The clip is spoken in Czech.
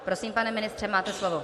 Prosím, pane ministře, máte slovo.